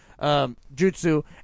jutsu